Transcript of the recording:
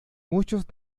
muchos